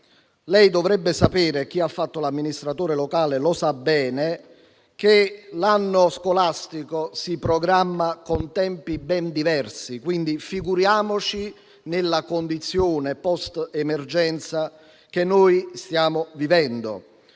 Lei dovrebbe sapere - chi ha fatto l'amministratore locale lo sa bene - che l'anno scolastico si programma con tempi ben diversi e, quindi, figuriamoci nella condizione post-emergenza che stiamo vivendo.